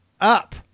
up